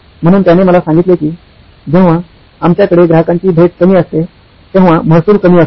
म्हणून त्याने मला सांगितले की जेव्हा आमच्याकडे ग्राहकांची भेट कमी असते तेव्हा महसूल कमी असतो